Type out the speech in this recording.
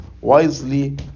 Wisely